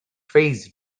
phase